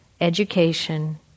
education